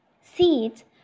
Seeds